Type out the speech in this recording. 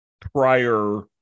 prior